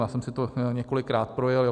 Já jsem si to několikrát projel.